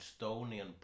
Estonian